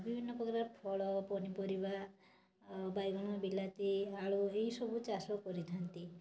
ବିଭିନ୍ନ ପ୍ରକାରର ଫଳ ପନିପରିବା ବାଇଗଣ ବିଲାତି ଆଳୁ ଏହି ସବୁ ଚାଷ କରିଥାନ୍ତି